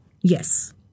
Yes